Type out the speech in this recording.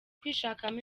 kwishakamo